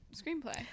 screenplay